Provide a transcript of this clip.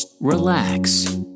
relax